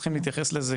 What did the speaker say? צריכים להתייחס לזה,